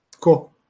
cool